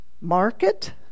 market